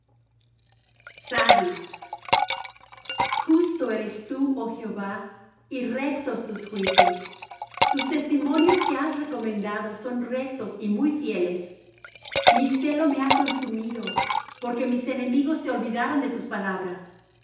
justo eres tú oh jehová y rectos tus juicios tus testimonios que has recomendado son rectos y muy fieles mi celo me ha consumido porque mis enemigos se olvidaron de tus palabras